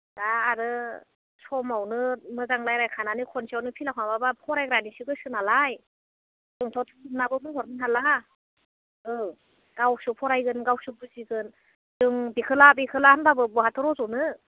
दा आरो समावनो मोजां रायज्लायखानानै खनसेयावनो फिलाप खालामाब्ला फरायग्रानि गोसो नालाय जोंथ' थिननाबो बुंहरनो हाला औ गावसो फरायगोन गावसो बुजिगोन जों बेखो ला बेखो ला होनब्लाबो बहाथ' रज'नो